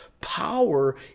power